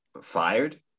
Fired